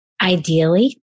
Ideally